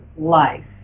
life